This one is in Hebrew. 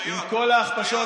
בחיסונים.